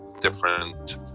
different